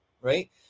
Right